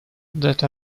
that